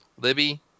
Libby